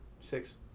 Six